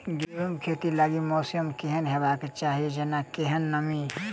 गेंहूँ खेती लागि मौसम केहन हेबाक चाहि जेना केहन नमी?